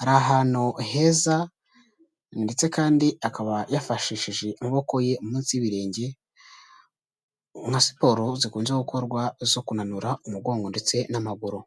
ari ahantu heza ndetse kandi akaba yafashishije amaboko ye munsi y'ibirenge, nka siporo zikunze gukorwa zo kunanura umugongo ndetse n'amaguru.